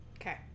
okay